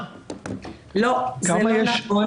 לחשבון